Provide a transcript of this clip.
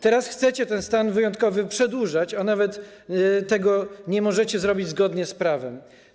Teraz chcecie ten stan wyjątkowy przedłużyć, a nawet tego nie możecie zrobić zgodnie z prawem.